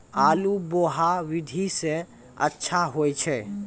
आलु बोहा विधि सै अच्छा होय छै?